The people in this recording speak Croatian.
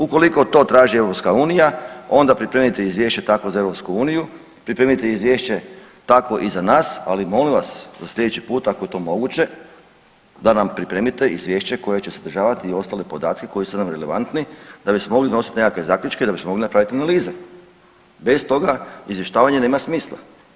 Ukoliko to traži EU onda pripremite izvješće takvo za EU, pripremite izvješće tako i da za nas, ali molim vas za sljedeći put ako je to moguće da nam pripremite izvješće koje će sadržavati i ostale podatke koji su nam relevantni da bismo mogli donositi nekakve zaključke, da bismo mogli napraviti analize, bez toga izvještavanje nema smisla.